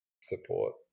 support